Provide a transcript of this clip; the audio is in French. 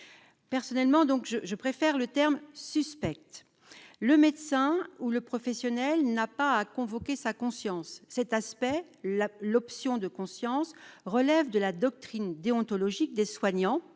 personnellement donc je je préfère le terme suspecte le médecin ou le professionnel n'a pas à convoquer sa conscience, cet aspect-là, l'option de conscience relève de la doctrine déontologique des soignants